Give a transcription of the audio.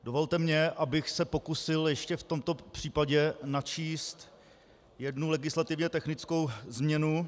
Dovolte mi, abych se pokusil ještě v tomto případě načíst jednu legislativně technickou změnu.